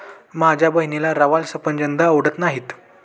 माझ्या बहिणीला रवाळ सफरचंद आवडत नाहीत